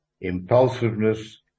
impulsiveness